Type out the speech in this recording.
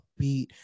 upbeat